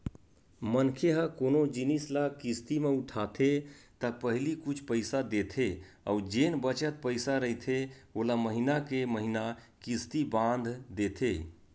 मनखे ह कोनो जिनिस ल किस्ती म उठाथे त पहिली कुछ पइसा देथे अउ जेन बचत पइसा रहिथे ओला महिना के महिना किस्ती बांध देथे